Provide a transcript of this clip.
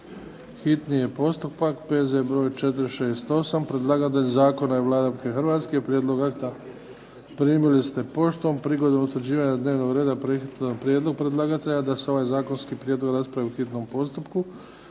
čitanje, P.Z. br. 468 Predlagatelj zakona je Vlada Republike Hrvatske. Prijedlog akta primili ste poštom. Prigodom utvrđivanja dnevnog reda …/Govornik se ne razumije./… prijedlog predlagatelja da se ovaj zakonski prijedlog raspravi u hitnom postupku.